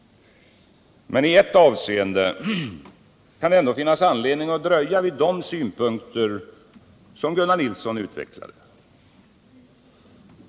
Men i ett avseende kan det ändå finnas anledning att dröja vid de synpunkter som Gunnar Nilsson utvecklade.